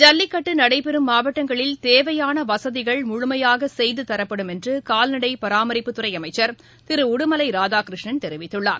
ஜல்லிக்கட்டு நடைபெறும் மாவட்டங்களில் தேவையான வசதிகள் முழுமையாக செய்து தரப்படும் என்று கால்நடை பராமரிப்புத்துறை அமைச்சர் திரு உடுமலை ராதாகிருஷ்ணன் தெரிவித்துள்ளார்